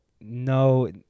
No